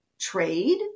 trade